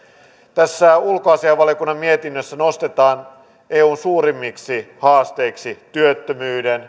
tässä ulkoasiainvaliokunnan mietinnössä nostetaan eun suurimmiksi haasteiksi työttömyys